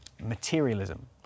materialism